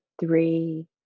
three